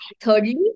thirdly